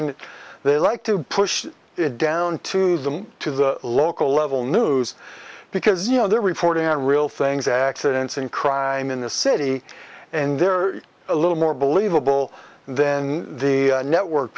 and they like to push it down to them to the local level news because you know they're reporting on real things accidents and crime in the city and they're a little more believable then the network